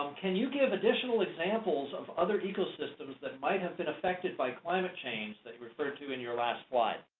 um can you give additional examples of other ecosystems that might have been affected by climate change that you referred to in your last slide?